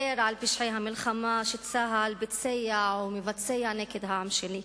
על פשעי המלחמה שצה"ל ביצע או מבצע נגד העם שלי.